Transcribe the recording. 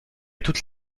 toutes